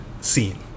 scene